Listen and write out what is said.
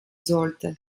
sollte